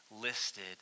listed